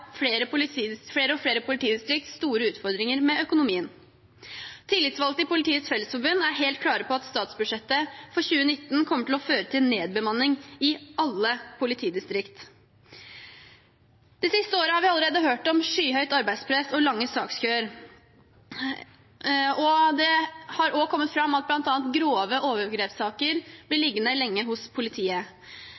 flere politidistrikter store utfordringer med økonomien. Tillitsvalgte i Politiets Fellesforbund er helt klare på at statsbudsjettet for 2019 kommer til å føre til nedbemanning i alle politidistrikter. Det siste året har vi allerede hørt om skyhøyt arbeidspress og lange sakskøer. Det har også kommet fram at bl.a. grove overgrepssaker blir